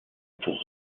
pour